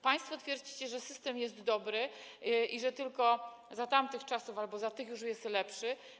Państwo twierdzicie, że system jest dobry i że to tylko za tamtych czasów tak było, bo za tych już jest lepszy.